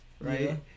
right